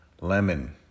Lemon